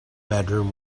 bedroom